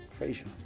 Frasier